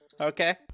Okay